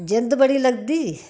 जिंद बडी लगदी